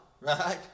right